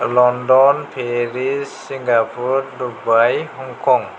London Paris Singapore Dubai Hong Kong